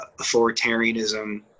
authoritarianism